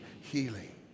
healing